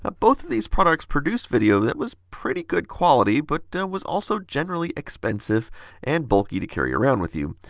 ah both of these products produced video that was pretty good quality, but was also generally expensive and bulky to carry around with you.